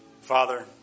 Father